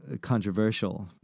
controversial